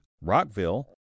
Rockville